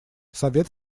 совет